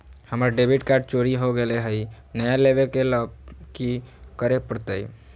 हमर debit card चोरी हो गेले हई, नया लेवे ल की करे पड़तई?